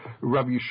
Rabbi